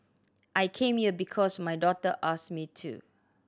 I came here because my daughter asked me to